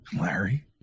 Larry